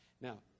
Now